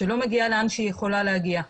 וזה לא מגיע לאן שיכול להגיע.